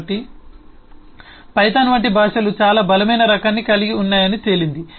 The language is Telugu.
కాబట్టి పైథాన్ వంటి భాషలు చాలా బలమైన రకాన్ని కలిగి ఉన్నాయని తేలింది